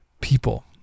people